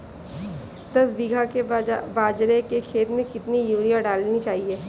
दस बीघा के बाजरे के खेत में कितनी यूरिया डालनी चाहिए?